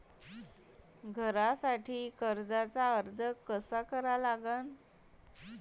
घरासाठी कर्जाचा अर्ज कसा करा लागन?